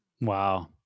Wow